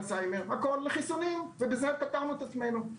אלצהיימר לחיסונים ובזה פטרנו את עצמנו.